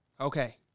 Okay